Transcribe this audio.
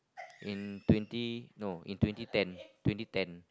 in twenty no in twenty ten twenty ten